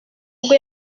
ubwo